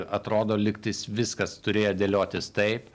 atrodo lygtais viskas turėjo dėliotis taip